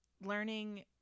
learning